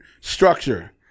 structure